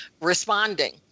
responding